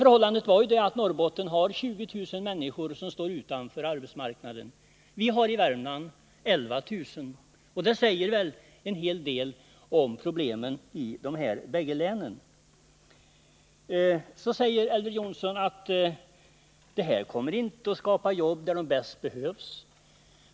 Förhållandet är ju det att Norrbottens län har 20 000 människor som står utanför arbetsmarknaden. Vi har i Värmlands län 11 000, och det säger väl en hel del om problemen i de här bägge länen. Elver Jonsson säger att det här kommer inte att skapa jobb där sådana bäst behövs.